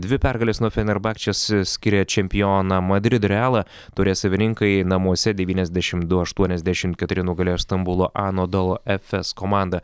dvi pergalės nuo fenerbahčės skiria čempioną madrid realą taurės savininkai namuose devyniasdešim du aštuoniasdešim keturi nugalėjo stambulo anodol efes komandą